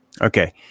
Okay